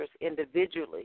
individually